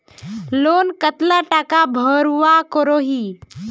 Loan कतला टाका भरवा करोही?